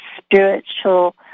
spiritual